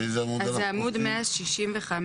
אז זה עמוד 165,